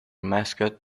mascot